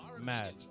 Mad